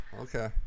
Okay